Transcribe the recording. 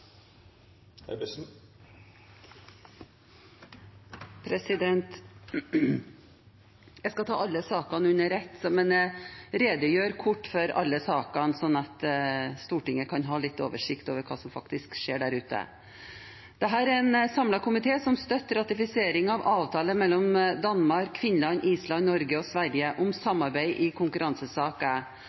er vedteke. Jeg skal ta sakene under ett, men redegjøre kort for alle sakene, så Stortinget kan ha litt oversikt over hva som faktisk skjer der ute. Det er en samlet komité som støtter ratifisering av avtale mellom Danmark, Finland, Island, Norge og Sverige om samarbeid i konkurransesaker,